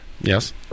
Yes